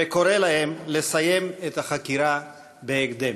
וקורא להם לסיים את החקירה בהקדם.